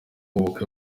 ubukwe